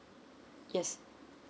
yes